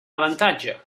avantatge